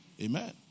Amen